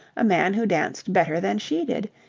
a man who danced better than she did,